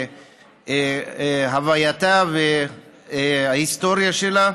מהווייתה ומההיסטוריה שלה,